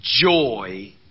joy